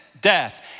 death